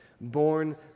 born